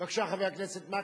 בבקשה, חבר הכנסת מקלב.